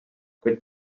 kuid